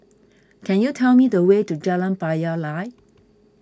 can you tell me the way to Jalan Payoh Lai